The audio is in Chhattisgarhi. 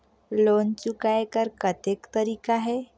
लोन चुकाय कर कतेक तरीका है?